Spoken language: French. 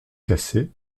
cassé